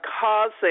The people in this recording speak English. causing